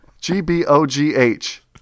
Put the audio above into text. G-B-O-G-H